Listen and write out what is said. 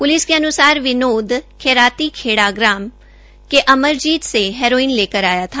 police के अन्सार विनोद खेरातीखेड़ा गांव के अमरजीत से हेरोइन लेकर आया था